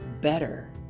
better